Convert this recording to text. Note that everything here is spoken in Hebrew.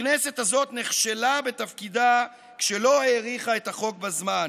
הכנסת הזאת נכשלה בתפקידה כשלא האריכה את החוק בזמן.